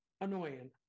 Annoying